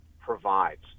provides